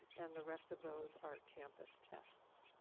and the rest of those are campus tests.